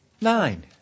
nine